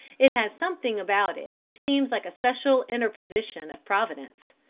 it has something about it which seems like a special interposition of providence,